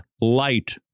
light